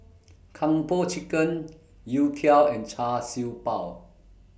Kung Po Chicken Youtiao and Char Siew Bao